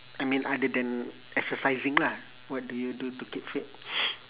I mean other than exercising lah what do you do to keep fit